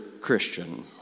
Christian